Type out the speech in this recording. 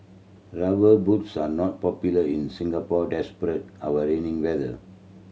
Rubber Boots are not popular in Singapore despite our rainy weather